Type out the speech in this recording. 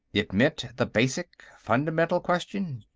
it meant, the basic, fundamental, question.